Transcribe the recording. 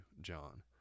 john